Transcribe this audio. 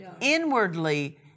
inwardly